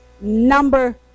number